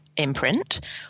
imprint